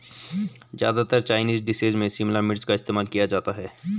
ज्यादातर Chinese dishes में शिमला मिर्च का इस्तेमाल किया जाता है